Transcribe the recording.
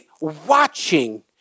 watching